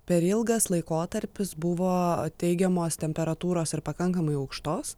per ilgas laikotarpis buvo teigiamos temperatūros ir pakankamai aukštos